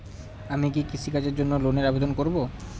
আমি কি কৃষিকাজের জন্য লোনের আবেদন করব?